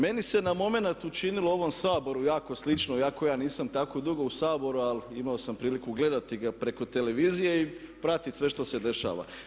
Meni se na moment učinilo u ovom Saboru jako slično iako ja nisam tako dugo u Saboru ali imao sam priliku gledati ga preko tv-a i pratiti sve što se dešava.